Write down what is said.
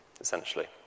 essentially